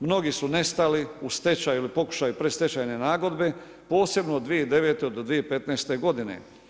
Mnogi su nestali, u stečaju ili pokušaju predstečajne nagodbe posebno od 2009. do 2015. godine.